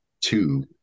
two